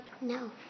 No